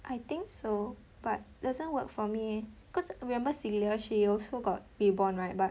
I think so but doesn't work for me cause remember celia she also got rebond right but